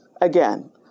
Again